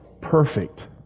perfect